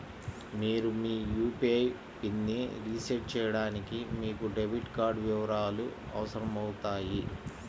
మీరు మీ యూ.పీ.ఐ పిన్ని రీసెట్ చేయడానికి మీకు డెబిట్ కార్డ్ వివరాలు అవసరమవుతాయి